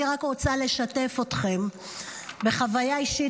אני רק רוצה לשתף אתכם בחוויה אישית.